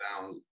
down